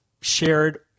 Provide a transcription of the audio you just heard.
shared